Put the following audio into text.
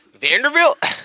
Vanderbilt